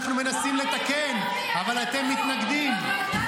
בחר אותם?